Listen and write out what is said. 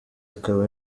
akaba